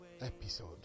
episode